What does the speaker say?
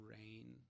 rain